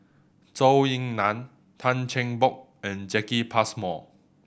Zhou Ying Nan Tan Cheng Bock and Jacki Passmore